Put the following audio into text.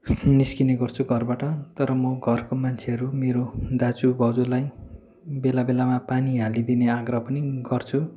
निस्किने गर्छु घरबाट तर म घरको मान्छेहरू मेरो दाजु भाउजूलाई बेला बेलामा पानी हालिदिने आग्रह पनि गर्छु